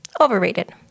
Overrated